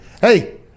Hey